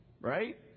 right